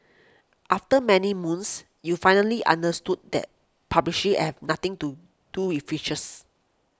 after many moons you finally understood that pub she have nothing to do with features